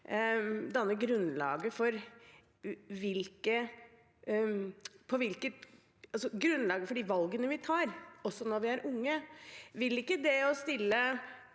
grunnlaget for de valgene vi tar, også når vi er unge. Vil ikke det å stille